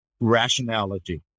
rationality